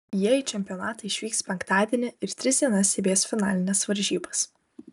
jie į čempionatą išvyks penktadienį ir tris dienas stebės finalines varžybas